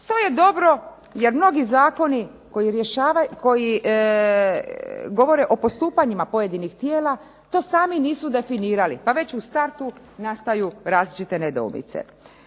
To je dobro jer mnogi zakoni koji govore o postupanjima pojedinih tijela to sami nisu definirali pa već u startu nastaju različite nedoumice.